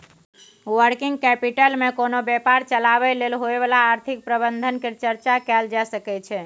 working capital मे कोनो व्यापार चलाबय लेल होइ बला आर्थिक प्रबंधन केर चर्चा कएल जाए सकइ छै